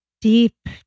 deep